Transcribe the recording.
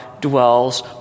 dwells